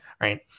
right